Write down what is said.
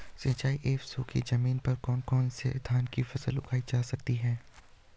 सिंचाई एवं सूखी जमीन पर कौन कौन से धान की फसल उगाई जा सकती है?